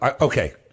Okay